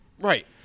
right